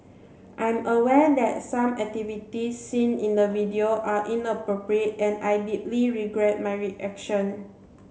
I'm aware that some activities seen in the video are inappropriate and I deeply regret my reaction